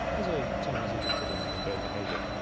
as ah someone who's interested in in bird behaviour,